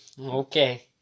Okay